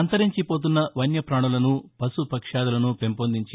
అంతరించిపోతున్న వన్యపాణులనుపశుపక్ష్యాదులను పెంపొందించి